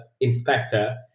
inspector